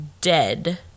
dead